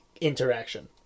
interaction